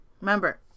Remember